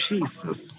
Jesus